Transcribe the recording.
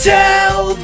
tell